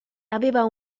aveva